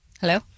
Hello